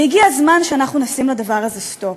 והגיע הזמן שאנחנו נשים לדבר הזה סטופ.